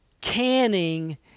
canning